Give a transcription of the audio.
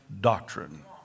doctrine